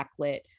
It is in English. backlit